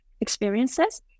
experiences